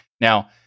Now